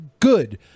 good